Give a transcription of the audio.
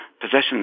possessions